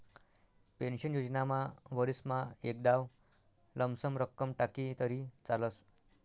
pension योजनामा वरीसमा एकदाव लमसम रक्कम टाकी तरी चालस